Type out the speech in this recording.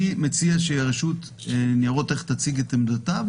אני מציע שהרשות לניירות ערך תציג את עמדתה,